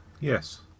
Yes